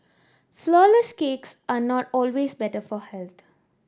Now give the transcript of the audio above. flourless cakes are not always better for health